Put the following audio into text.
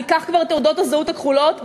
ניקח כבר את תעודות הזהות הכחולות,